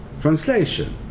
translation